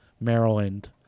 Maryland